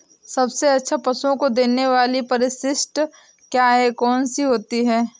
सबसे अच्छा पशुओं को देने वाली परिशिष्ट क्या है? कौन सी होती है?